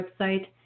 website